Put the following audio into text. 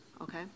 okay